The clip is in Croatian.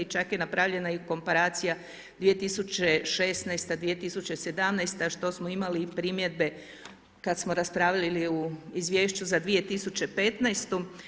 Čak je napravljena i komparacija 2016., 2017. što smo imali i primjedbe kada smo raspravljali u Izvješću za 2015.